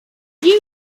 you